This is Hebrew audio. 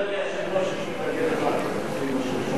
אי-ייחוד העילה והוספת סעדים),